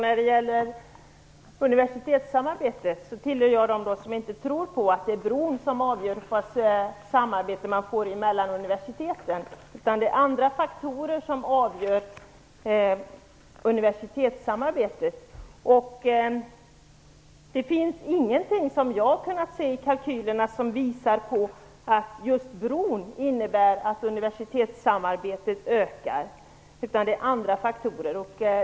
Fru talman! Jag tillhör dem som inte tror på att bron är avgörande för samarbetet mellan universiteten, utan det är andra faktorer som är avgörande för universitetssamarbetet. Det finns ingenting i kalkylerna som tyder på att just bron skulle innebära att universitetssamarbetet ökar, utan det är som sagt andra faktorer.